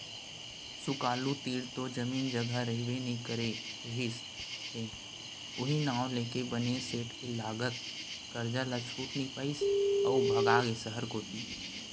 सुकालू तीर तो जमीन जघा रहिबे नइ करे रिहिस हे उहीं नांव लेके बने सेठ के लगत करजा ल छूट नइ पाइस अउ भगागे सहर कोती